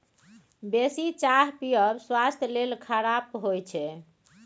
बेसी चाह पीयब स्वास्थ्य लेल खराप होइ छै